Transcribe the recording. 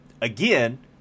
Again